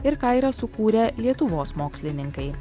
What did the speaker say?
ir ką yra sukūrę lietuvos mokslininkai